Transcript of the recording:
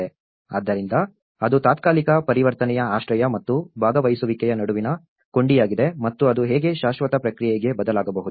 ಆದ್ದರಿಂದ ಅದು ತಾತ್ಕಾಲಿಕ ಪರಿವರ್ತನೆಯ ಆಶ್ರಯ ಮತ್ತು ಭಾಗವಹಿಸುವಿಕೆಯ ನಡುವಿನ ಕೊಂಡಿಯಾಗಿದೆ ಮತ್ತು ಅದು ಹೇಗೆ ಶಾಶ್ವತ ಪ್ರಕ್ರಿಯೆಗೆ ಬದಲಾಗಬಹುದು